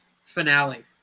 finale